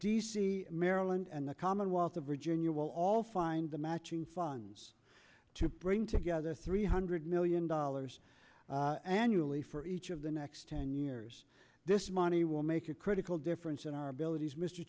c maryland and the commonwealth of virginia will all find the matching funds to bring together three hundred million dollars annually for each of the next ten years this money will make a critical difference in our abilities mr